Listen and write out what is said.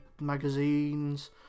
magazines